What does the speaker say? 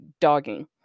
dogging